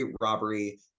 robbery